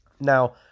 Now